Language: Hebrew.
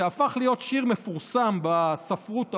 שהפך להיות שיר מפורסם בספרות העולמית,